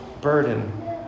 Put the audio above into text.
burden